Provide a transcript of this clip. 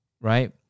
right